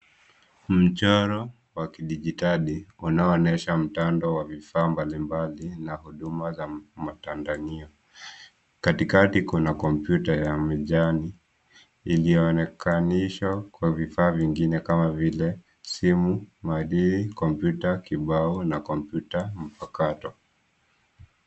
Mchoro wa kidigitali unaoonyesha mtando wa vifaa mbalimbali na huduma za matandanio. Katikati kuna kompyuta ya majani iliyoonekanishwa na vifaa vingine kama vile simu, madili, kompyuta kibao na kompyuta mpakato.